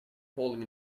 falling